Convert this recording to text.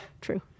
True